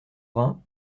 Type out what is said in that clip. vingt